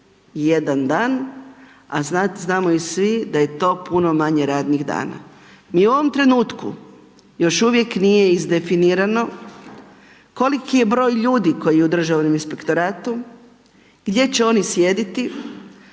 za 31 dan a znamo svi da je to puno manje radnih dana. U ovom trenutku još uvijek nije iz definirano koliko je broj ljudi koji je u Državnom inspektoratu, gdje će oni sjediti,